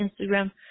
Instagram